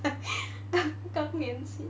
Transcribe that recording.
跟年期